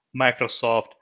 Microsoft